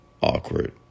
awkward